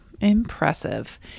impressive